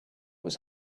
was